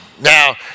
Now